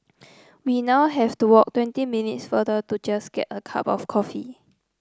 we now have to walk twenty minutes farther to just get a cup of coffee